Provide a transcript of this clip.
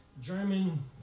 German